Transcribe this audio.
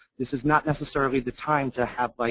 this is not necessarily the time to have, like,